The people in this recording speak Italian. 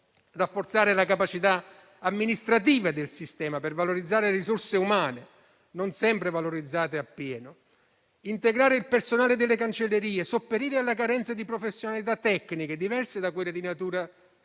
rafforzare la capacità amministrativa del sistema per valorizzare le risorse umane non sempre valorizzate a pieno; integrare il personale delle cancellerie, sopperire alla carenza di professionalità tecniche diverse da quelle di natura